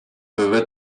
peuvent